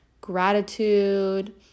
gratitude